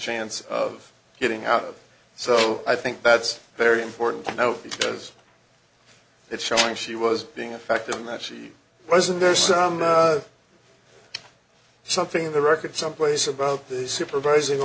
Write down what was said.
chance of getting out so i think that's very important now because it's showing she was being effective and that she wasn't there some something in the record someplace about this supervising